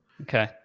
Okay